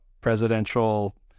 presidential